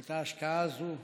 את ההשקעה הזאת.